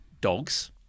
dogs